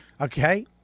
Okay